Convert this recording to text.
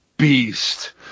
beast